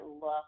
look